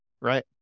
Right